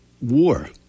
war